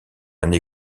année